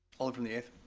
alder from the eighth.